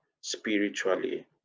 spiritually